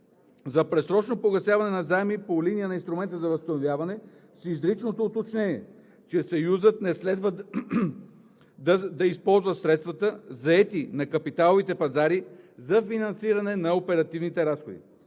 за предсрочно погасяване на заемите по линия на Инструмента за възстановяване, с изричното уточнение, че Съюзът не следва да използва средствата, заети на капиталовите пазари, за финансиране на оперативни разходи.